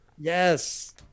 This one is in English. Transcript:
yes